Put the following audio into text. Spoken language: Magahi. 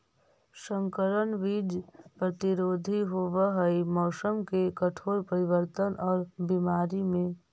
संकर बीज प्रतिरोधी होव हई मौसम के कठोर परिवर्तन और बीमारी में